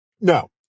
No